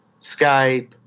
Skype